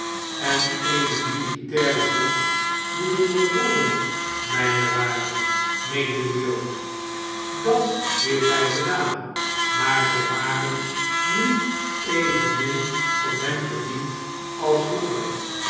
en eene militaire broek moeten beproeven mijne waarde meende de jood dat heeft hij gedaan maar zij waren nu evenmin van hem gediend als vroeger